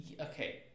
Okay